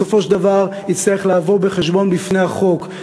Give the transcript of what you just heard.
בסופו של דבר יצטרך לבוא חשבון בפני החוק.